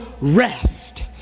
rest